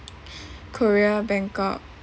korea bangkok